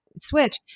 switch